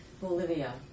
Bolivia